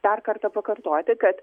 dar kartą pakartoti kad